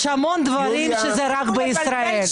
יש המון דברים שזה רק בישראל,